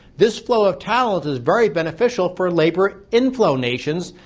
this flow of talent is very beneficial for labor inflow nations,